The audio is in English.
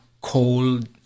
cold